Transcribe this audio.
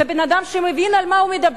זה אדם שמבין על מה הוא מדבר.